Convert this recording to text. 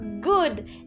good